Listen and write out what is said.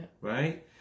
Right